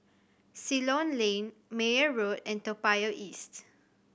Ceylon Lane Meyer Road and Toa Payoh East